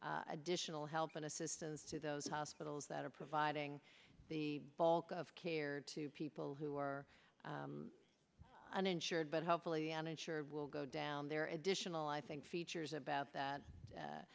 additional help and assistance to those hospitals that are providing the bulk of care to people who are uninsured but hopefully uninsured will go down there are additional i think features about that